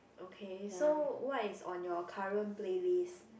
okay so what is on your current playlist